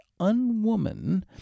Unwoman